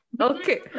Okay